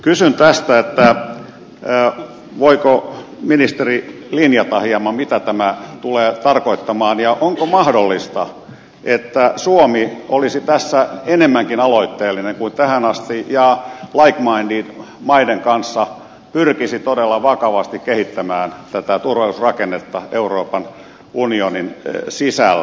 kysyn tästä voiko ministeri linjata hieman mitä tämä tulee tarkoittamaan ja onko mahdollista että suomi olisi tässä enemmänkin aloitteellinen kuin tähän asti ja like minded maiden kanssa pyrkisi todella vakavasti kehittämään tätä turvallisuusrakennetta euroopan unionin sisällä